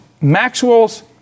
Maxwell's